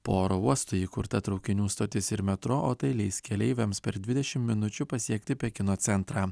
po oro uostu įkurta traukinių stotis ir metro o tai leis keleiviams per dvidešim minučių pasiekti pekino centrą